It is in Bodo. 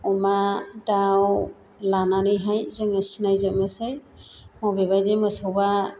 अमा दाउ लानानैहाय जोङो सिनायजोबनोसै बबे बायदि मोसौआ